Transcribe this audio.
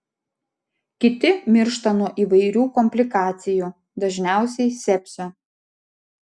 kiti miršta nuo įvairių komplikacijų dažniausiai sepsio